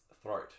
throat